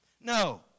No